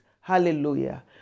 Hallelujah